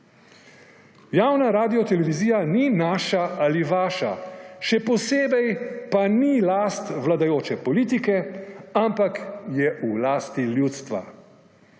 Javna radiotelevizija ni naša ali vaša. Še posebej pa ni last vladajoče politike, ampak je v lasti ljudstva.